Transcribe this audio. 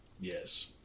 Yes